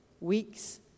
weeks